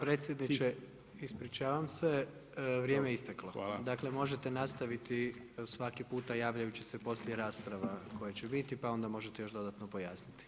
Predsjedniče, ispričavam se, vrijem je isteklo, dakle možete nastaviti svaki puta javljajući se poslije rasprava koje će biti pa onda možete još dodatno pojasniti.